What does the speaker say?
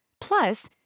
Plus